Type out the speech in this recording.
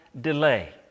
delay